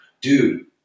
Dude